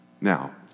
Now